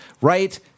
right